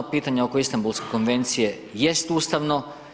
Pitanja oko Istanbulske konvencije, jest ustavno.